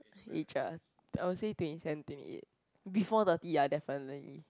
age ah I will say twenty seven twenty eight before thirty ah definitely